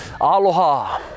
aloha